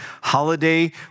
holiday